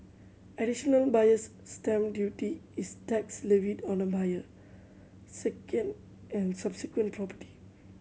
Additional Buyer's Stamp Duty is tax levied on a buyer second and subsequent property